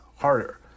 harder